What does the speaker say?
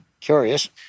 curious